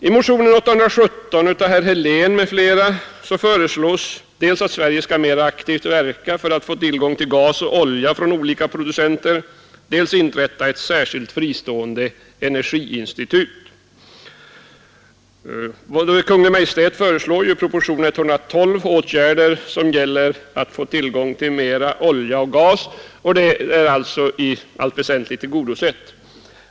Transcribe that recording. I motionen 817 av herr Helén m.fl. föreslås dels att Sverige mera aktivt skall verka för att få tillgång till gas och olja från olika producenter, dels att ett särskilt fristående energiinstitut skall inrättas. Kungl. Maj:t föreslår i propositionen 112 åtgärder för att få tillgång till mer olja och gas, och motionens önskemål i det avseendet är alltså i allt väsentligt tillgodosett.